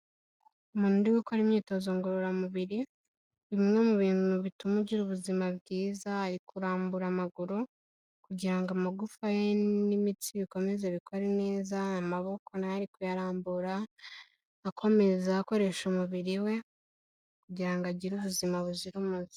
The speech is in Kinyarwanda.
Umuntu uri gukora imyitozo ngororamubiri, bimwe mu bintu bituma ugira ubuzima bwiza, ari kurambura amaguru kugira ngo amagufa ye n'imitsi bikomeze bikore neza, amaboko nayo ari kuyarambura, akomeza akoresha umubiri we kugira ngo agire ubuzima buzira umuze.